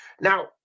Now